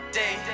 day